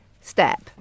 step